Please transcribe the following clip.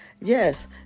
Yes